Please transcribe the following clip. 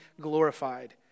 glorified